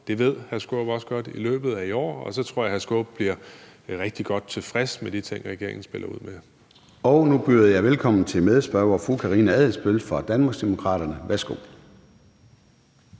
Peter Skaarup også godt – i løbet af i år, og så tror jeg, at hr. Peter Skaarup bliver rigtig godt tilfreds med de ting, regeringen spiller ud med. Kl. 13:46 Formanden (Søren Gade): Nu byder jeg velkommen til medspørger fru Karina Adsbøl fra Danmarksdemokraterne. Værsgo.